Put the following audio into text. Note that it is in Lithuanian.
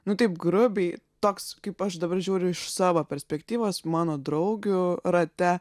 nu taip grubiai toks kaip aš dabar žiūriu iš savo perspektyvos mano draugių rate